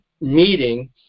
meeting